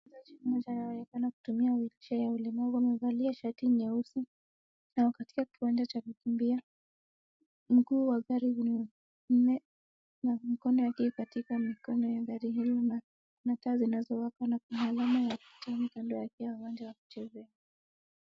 Moja anayeonekana akitumiwa wheelchair ya ulimwengu amevalia shati nyeusi na wako katika kiwanja cha kukimbia. Mguu wa gari ni nne na mikono yake ikipatikana mikono ya gari hilo na kuna taai zinazowaka nakuna alama ya kuteam kando yake ya uwanja wa kuchezea.